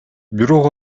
бирок